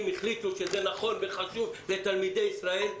החליטו שזה נכון וחשוב לתלמידי ישראל,